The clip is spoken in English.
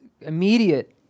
immediate